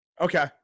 Okay